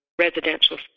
residential